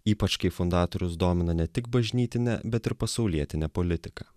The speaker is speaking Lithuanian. ypač kai fundatorius domina ne tik bažnytinė bet ir pasaulietinė politika